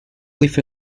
with